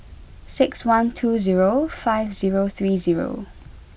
six one two zero five zero three zero